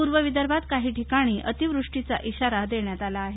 पूर्व विदर्भात काही ठिकाणी अतिवृष्टीचा इशारा देण्यात आला आहे